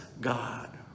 God